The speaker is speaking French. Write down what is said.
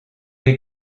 les